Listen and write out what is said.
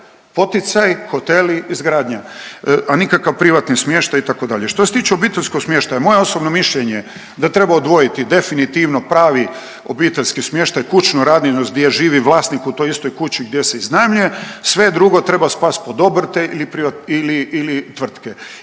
poticaj, hoteli, izgradnja, a nikakav privatan smještaj itd.. Što se tiče obiteljskog smještaja, moje osobno mišljenje da treba odvojiti definitivno pravi obiteljski smještaj, kućnu radinost gdje živi vlasnik u toj istoj kući gdje se iznajmljuje sve drugo treba spast pod obrte ili tvrtke